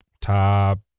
top